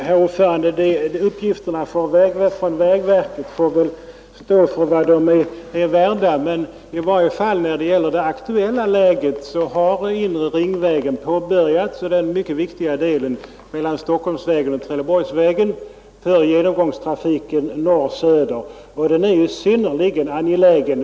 Herr talman! Uppgifterna från vägverket får väl stå för vad de är värda. Men när det gäller det aktuella läget är det i varje fall så att inre Ringvägen har påbörjats på den mycket viktiga delen mellan Stockholmsvägen och Trelleborgsvägen för genomgångstrafiken norr—söder, och den är synnerligen angelägen.